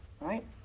right